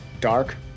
Dark